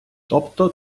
тобто